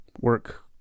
work